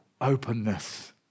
openness